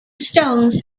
stones